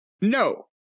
No